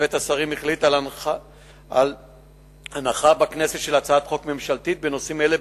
צוות השרים החליט על הנחה בכנסת של הצעת חוק ממשלתית בנושאים אלה,